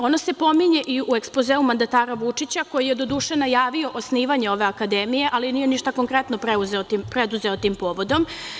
Ona se pominje i u ekspozeu mandatara Vučića, koji je, doduše najavio osnivanje ove akademije, ali nije ništa konkretno preuzeo tim povodom.